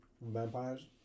vampires